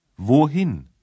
Wohin